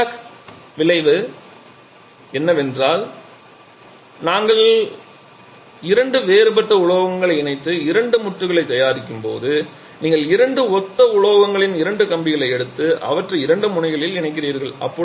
Seebeck விளைவு என்னவென்றால் நாங்கள் இரண்டு வேறுபட்ட உலோகங்களை இணைத்து இரண்டு மூட்டுகளைத் தயாரிக்கும்போது நீங்கள் இரண்டு ஒத்த உலோகங்களின் இரண்டு கம்பிகளை எடுத்து அவற்றை இரண்டு முனைகளில் இணைக்கிறீர்கள்